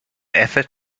effort